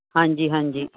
ਹਾਂਜੀ ਹਾਂਜੀ